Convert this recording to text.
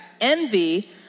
Envy